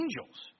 angels